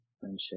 friendship